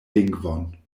lingvon